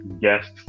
guest